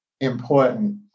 important